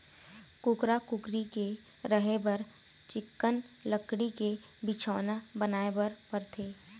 कुकरा, कुकरी के रहें बर चिक्कन लकड़ी के बिछौना बनाए बर परथे